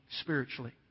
spiritually